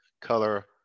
color